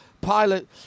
Pilot